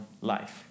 life